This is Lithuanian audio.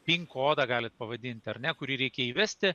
pin kodą galit pavadint ar ne kurį reikia įvesti